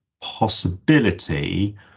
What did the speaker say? possibility